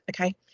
okay